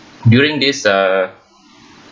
during this uh